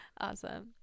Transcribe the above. Awesome